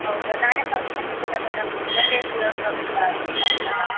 ಹೌದಾ ನಾಳೆ ಫಂಕ್ಷನ್ ಇದೆಯಲ್ಲ ಮೇಡಮ್ ಇವತ್ತೇ ಸಿಗಕ್ಕೆ ಆಗುತ್ತಾ ಇವತ್ತು ಸಾಯಂಕಾಲ